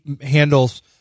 handles